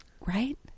Right